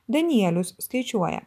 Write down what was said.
danielius skaičiuoja